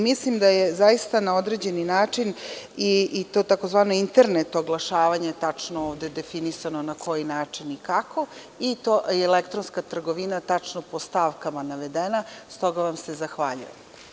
Mislim da je zaista na određeni način i to tzv. internet oglašavanje tačno ovde definisano na koji način i kako, i elektronska trgovina tačno po stavkama navedena, stoga vam se zahvaljujem.